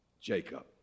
Jacob